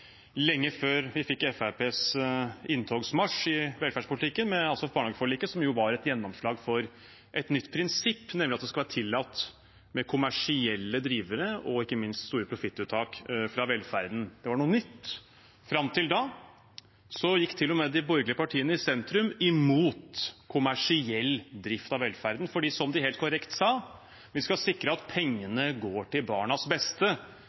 lenge før vi fikk Fremskrittspartiets inntogsmarsj i velferdspolitikken, med barnehageforliket, som var et gjennomslag for et nytt prinsipp, nemlig at det skal være tillatt med kommersielle drivere og ikke minst store profittuttak fra velferden. Det var noe nytt. Fram til da gikk til og med de borgerlige partiene i sentrum imot kommersiell drift av velferden, fordi, som de helt korrekt sa, vi skal sikre at pengene går til barnas beste,